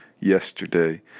yesterday